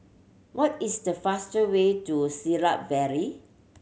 what is the fastest way to Siglap Valley